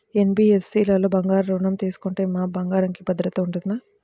NBFC లలో బంగారు ఋణం తీసుకుంటే మా బంగారంకి భద్రత ఉంటుందా?